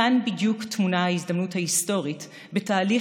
כאן בדיוק טמונה ההזדמנות ההיסטורית בתהליך